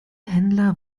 händler